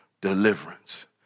deliverance